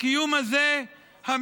הקיום הזה משותף,